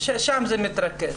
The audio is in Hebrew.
שם מתרכזים.